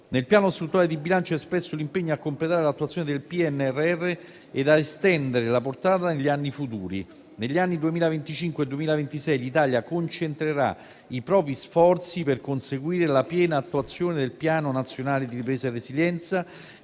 Nel Piano strutturale di bilancio è espresso l'impegno a completare l'attuazione del PNRR e a estendere la portata negli anni futuri. Negli anni 2025-2026 l'Italia concentrerà i propri sforzi per conseguire la piena attuazione del Piano